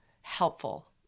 helpful